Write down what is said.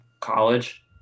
college